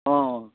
অঁ